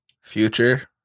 Future